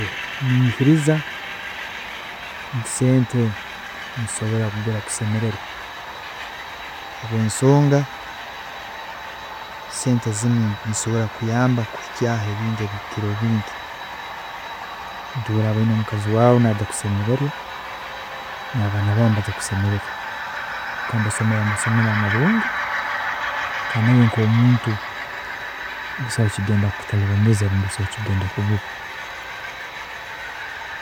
Ninyikiriza nti sente nizisobola kugura kusemererwa habwensonga sente zinu nizisobola kukuyamba kukuhikyaaho ebintu ebikukira obwingi, nti obu oraaba oyina mukazi waawe naija kusemererwa kandi n'abaana baawe nibaija kusemererwa habwokuba nibasomera mumasomero amarungi kandi naiwe nk'omuntu busaho ekikugenda kukutaribaniza ngu nikigenda kubura.